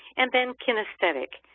and then kinesthetic,